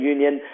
Union